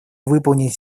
выполнить